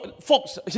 Folks